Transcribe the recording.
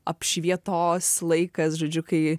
apšvietos laikas žodžiu kai